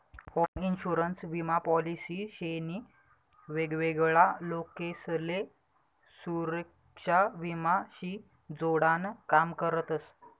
home insurance विमा policy शे नी वेगवेगळा लोकसले सुरेक्षा विमा शी जोडान काम करतस